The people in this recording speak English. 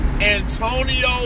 Antonio